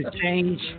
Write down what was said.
change